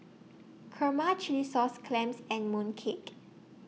Kurma Chilli Sauce Clams and Mooncake